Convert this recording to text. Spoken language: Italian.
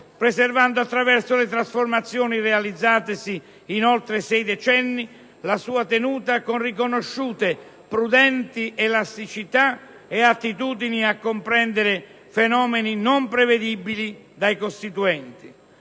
preservando, attraverso le trasformazioni realizzatesi in oltre sei decenni, la sua tenuta con riconosciute, prudenti elasticità e attitudini a comprendere fenomeni non prevedibili dai costituenti.